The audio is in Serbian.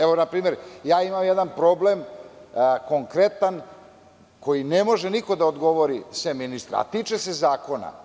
Evo, na primer, ja imam jedan konkretan problem na koji ne može niko da odgovori sem ministra, a tiče se zakona.